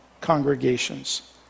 congregations